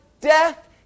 death